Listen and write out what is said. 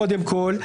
קודם כול,